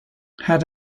had